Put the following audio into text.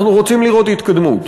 אנחנו רוצים לראות התקדמות.